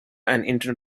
and